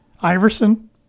Iverson